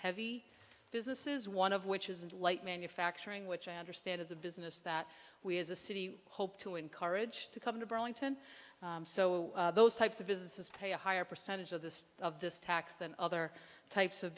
heavy business is one of which isn't light manufacturing which i understand is a business that we as a city hope to encourage to come to burlington so those types of businesses pay a higher percentage of this of this tax than other types of